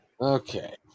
okay